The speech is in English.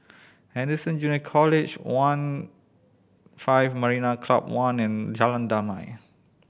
Anderson Junior College One five Marina Club One and Jalan Damai